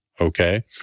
okay